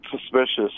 suspicious